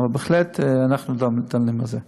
אבל בהחלט אנחנו דנים על זה.